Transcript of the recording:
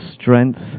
strength